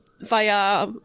via